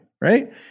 right